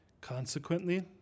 Consequently